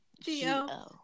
G-O